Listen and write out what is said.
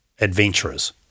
adventurers